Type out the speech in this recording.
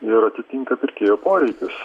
ir atitinka pirkėjo poreikius